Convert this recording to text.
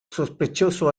sospechoso